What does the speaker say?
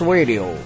Radio